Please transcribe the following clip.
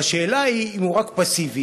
והשאלה היא אם הוא רק פסיבי,